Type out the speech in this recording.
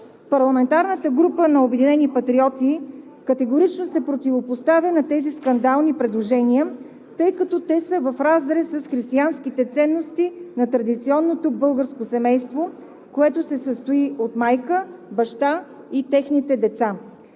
Парламентарната група на „Обединени патриоти“ категорично се противопоставя на тези скандални предложения, тъй като те са в разрез с християнските ценности на традиционното българско семейство, което се състои от майка, баща и техните деца.